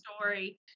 story